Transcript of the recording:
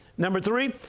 number three,